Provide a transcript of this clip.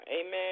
Amen